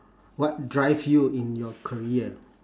what drive you in your career